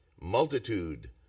multitude